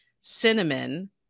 cinnamon